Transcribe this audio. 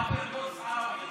להעביר קורס בערבית,